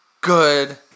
good